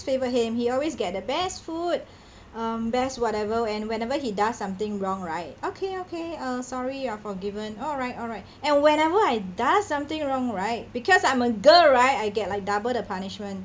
favoured him he always get the best food um best whatever and whenever he does something wrong right okay okay uh sorry you're forgiven alright alright and whenever I does something wrong right because I'm a girl right I get like double the punishment